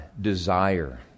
desire